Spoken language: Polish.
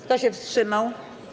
Kto się wstrzymał?